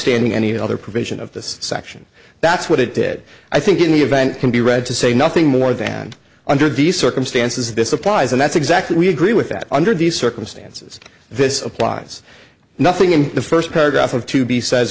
notwithstanding any other provision of this section that's what it did i think in the event can be read to say nothing more than under the circumstances this applies and that's exactly we agree with that under these circumstances this applies nothing in the first paragraph of to be